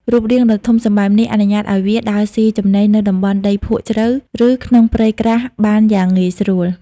រូបរាងដ៏ធំសម្បើមនេះ អនុញ្ញាតឲ្យវាដើរស៊ីចំណីនៅតំបន់ដីភក់ជ្រៅ ឬក្នុងព្រៃក្រាស់បានយ៉ាងងាយស្រួល។